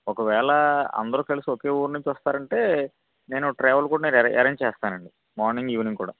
ఒకవేళ అందరూ కలిసి ఒకే ఊరు నుంచి వస్తారు అంటే నేను ట్రావెల్ కూడా నేను ఎరేంజ్ చేస్తానండి మార్నింగు ఈవినింగు కూడా